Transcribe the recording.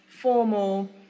formal